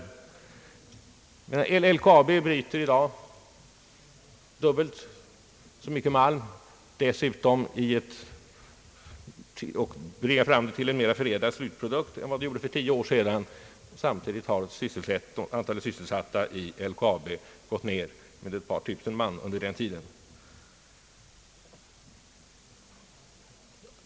LKAB bryter i dag dubbelt så mycket malm och får dessutom fram en mera förädlad slutprodukt än för tio år sedan, samtidigt som antalet sysselsatta under den tiden gått ned med ett par tusen man.